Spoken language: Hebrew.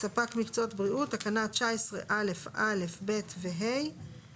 (שיתוף פעולה להגשת בקשה לאישור כמפעל); (8)ספק מקצוע בריאות,